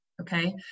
okay